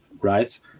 right